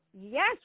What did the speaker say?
Yes